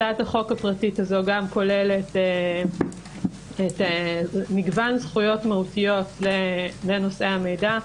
הצעת החוק הפרטית הזו גם כוללת מגוון זכויות מהותיות לנושאי המידע,